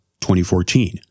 2014